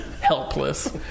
helpless